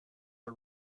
are